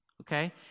okay